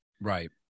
Right